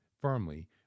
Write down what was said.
firmly